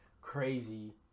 crazy